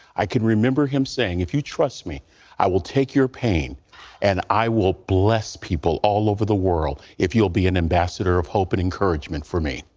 i can remember him saying if you trust me i will take your pain and i will bless people all over the world if you'll be an ambassador of hope and encouragement for me.